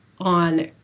on